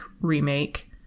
remake